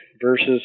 versus